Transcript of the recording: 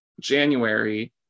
january